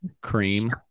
cream